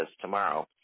tomorrow